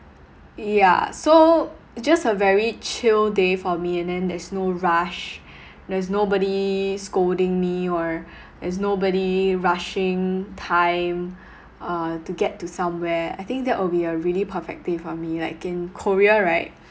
yeah so just a very chill day for me and then there's no rush there's nobody scolding me or there's nobody rushing time uh to get to somewhere I think that will be a really perfect day for me like in korea right